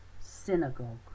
synagogue